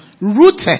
Rooted